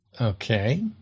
Okay